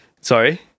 sorry